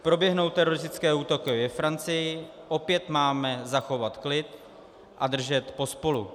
Proběhnou teroristické útoky ve Francii, opět máme zachovat klid a držet pospolu.